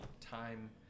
time